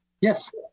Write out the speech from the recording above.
Yes